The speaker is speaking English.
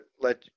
let